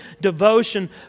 devotion